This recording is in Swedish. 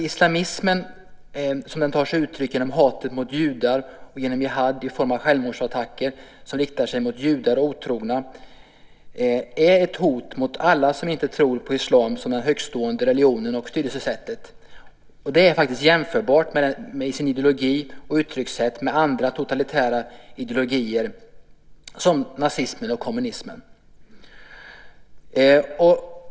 Islamismen, som den tar sig uttryck genom hatet mot judar och genom Jihad i form av självmordsattacker som riktar sig mot judar och otrogna, är ett hot mot alla som inte tror på islam som den högst stående religionen och styrelsesättet. Den är i sin ideologi och sitt uttryckssätt jämförbar med andra totalitära ideologier, som nazismen och kommunismen.